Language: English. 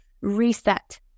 reset